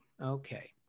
Okay